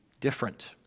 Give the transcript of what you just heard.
different